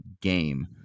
game